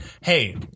hey